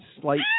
slight